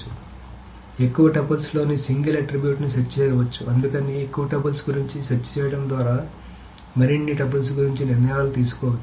కాబట్టి ఎక్కువ టపుల్స్లోని సింగిల్ అట్రిబ్యూట్ను సెర్చ్ చేయవచ్చు అందుకని ఎక్కువ టపుల్స్ గురించి సెర్చ్ చేయడం ద్వారా మరిన్ని టపుల్స్ గురించి నిర్ణయాలు తీసుకోవచ్చు